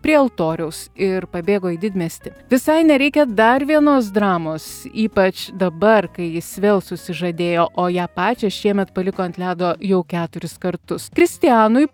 prie altoriaus ir pabėgo į didmiestį visai nereikia dar vienos dramos ypač dabar kai jis vėl susižadėjo o ją pačią šiemet paliko ant ledo jau keturis kartus kristijanui